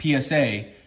PSA